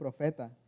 profeta